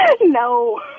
No